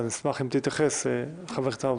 אשמח אם תתייחס, חבר הכנסת האוזר.